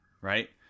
right